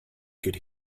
could